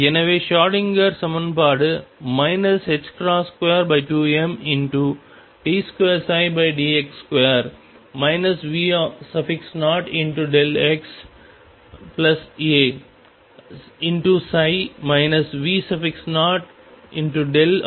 எனவே ஷ்ரோடிங்கர் சமன்பாடு 22md2dx2 V0xaψ V0x aψEψ